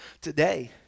today